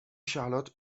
charlotte